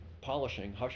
polishing